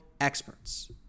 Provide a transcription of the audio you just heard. experts